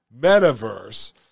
metaverse